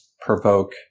provoke